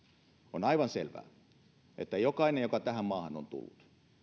on aivan selvää että jokainen joka tähän maahan on tullut